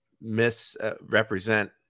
misrepresent